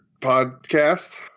Podcast